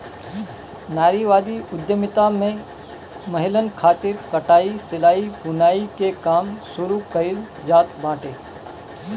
नारीवादी उद्यमिता में महिलन खातिर कटाई, सिलाई, बुनाई के काम शुरू कईल जात बाटे